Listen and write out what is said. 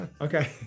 Okay